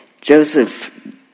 Joseph